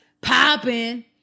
popping